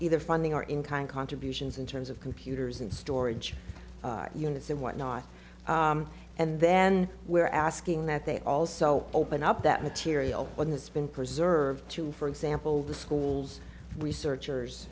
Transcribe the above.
either funding or in kind contributions in terms of computers and storage units and whatnot and then we're asking that they also open up that material one has been preserved to for example the schools researchers